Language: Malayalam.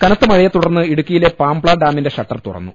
കനത്ത മഴയെ തുടർന്ന് ഇടുക്കിയിലെ പാംപ്ത ഡാമിന്റെ ഷട്ടർ തുറന്നു